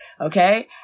Okay